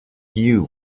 you